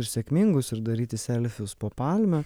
ir sėkmingus ir daryti selfius po palme